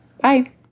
Bye